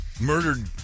murdered